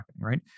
right